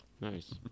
Nice